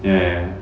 ya